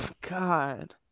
God